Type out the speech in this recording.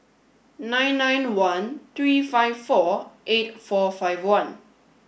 nine nine one three five four eight four five one